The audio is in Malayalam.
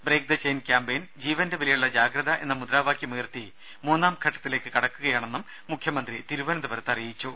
ബ്രേക്ക് ദ ചെയിൻ ക്യാംപയിൻ ജീവന്റെ വിലയുളള ജാഗത മുദ്രാവാക്യമുയർത്തി എന്ന മൂന്നാംഘട്ടത്തിലേക്ക് കടക്കുകയാണെന്നും മുഖ്യമന്ത്രി തിരുവനന്തപുരത്ത് അറിയിച്ചു